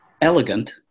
elegant